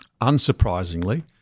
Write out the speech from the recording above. Unsurprisingly